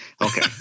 Okay